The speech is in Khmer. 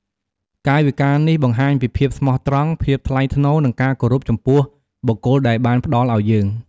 កាយវិការនេះបង្ហាញពីភាពស្មោះត្រង់ ភាពថ្លៃថ្នូរ និងការគោរពចំពោះ បុគ្គលដែលបានផ្តល់ឲ្យយើង។